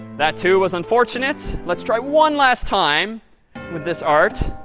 that, too, was unfortunate. let's try one last time with this art.